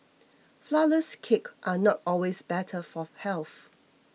Flourless Cakes are not always better for health